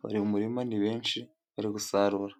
,bari mu murima ni benshi bari gusarura.